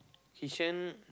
Kishan